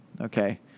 Okay